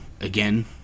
again